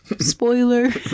Spoiler